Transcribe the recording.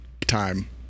Time